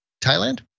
Thailand